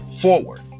forward